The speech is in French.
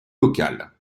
local